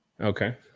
Okay